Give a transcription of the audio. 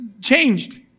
changed